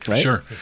Sure